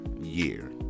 year